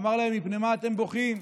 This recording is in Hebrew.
אמר להם: מפני מה אתם בוכים?